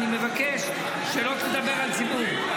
אני מבקש שלא תדבר על ציבור.